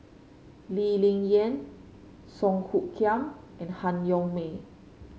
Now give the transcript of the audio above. Lee Ling Yen Song Hoot Kiam and Han Yong May